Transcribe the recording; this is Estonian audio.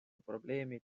probleemid